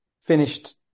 finished